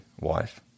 wife